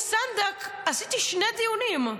על אהוביה סנדק עשיתי שני דיונים -- עצרו,